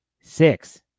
six